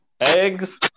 eggs